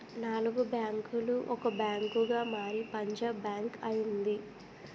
నాలుగు బ్యాంకులు ఒక బ్యాంకుగా మారి పంజాబ్ బ్యాంక్ అయింది